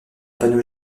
panneau